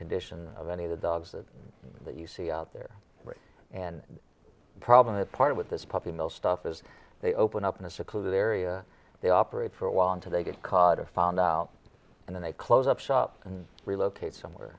condition of any of the dogs that you see out there and the problem that part with this puppy mill stuff is they open up in a secluded area they operate for a while until they get caught or found out and then they close up shop and relocate somewhere